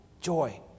joy